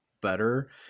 better